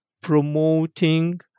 promoting